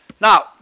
Now